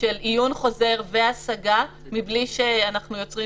של עיון חוזר והשגה בלי שאנחנו יוצרים